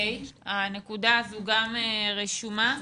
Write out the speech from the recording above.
הנקודה הזו נרשמה.